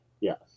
Yes